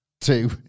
two